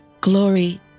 Glory